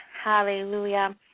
Hallelujah